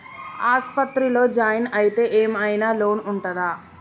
ఆస్పత్రి లో జాయిన్ అయితే ఏం ఐనా లోన్ ఉంటదా?